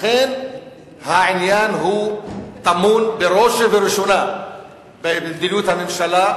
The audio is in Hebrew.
לכן העניין טמון בראש ובראשונה במדיניות הממשלה,